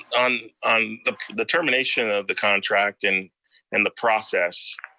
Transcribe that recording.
on um the termination of the contract, and and the process.